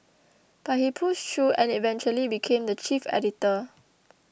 but he pushed through and eventually became the chief editor